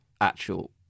actual